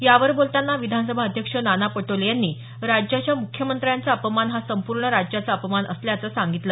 यावर बोलताना विधानसभा अध्यक्ष नाना पटोले यांनी राज्याच्या मुख्यमंत्र्यांचा अपमान हा संपूर्ण राज्याचा अपमान असल्याचं सांगितलं